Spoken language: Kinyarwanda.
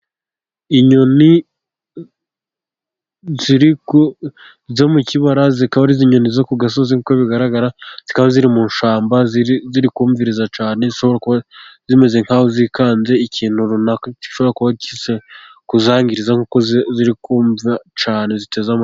Inyoni ziri zo mu kibara, zikaba ari inyoni zo ku gasozi, nkuko bigaragara, zikaba ziri mu ishyamba ziri kumviriza cyane zishobora kuba zimeze nk'izikanze ikintu runaka, gishobora kuba kije kuzangiriza nk'uko ziri kumva cyane ziteze amatwi.